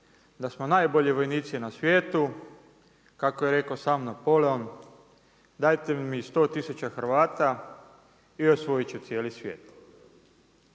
da samo najbolji vojnici na svijetu kako je rekao sam Napoleon, dajte mi 100 tisuća Hrvata i osvojit ću cijeli svijet.